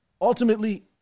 Ultimately